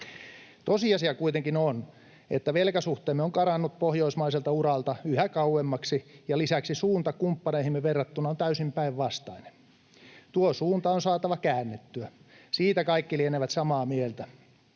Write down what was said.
Tosiasia kuitenkin on, että velkasuhteemme on karannut pohjoismaiselta uralta yhä kauemmaksi, ja lisäksi suunta kumppaneihimme verrattuna on täysin päinvastainen. Tuo suunta on saatava käännettyä. Siitä kaikki lienevät samaa mieltä.